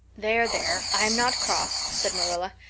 there, there, i'm not cross, said marilla.